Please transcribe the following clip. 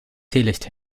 teelicht